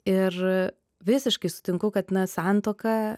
ir visiškai sutinku kad santuoka